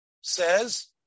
says